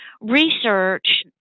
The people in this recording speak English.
research